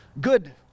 good